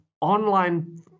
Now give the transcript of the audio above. online